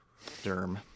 Derm